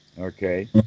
Okay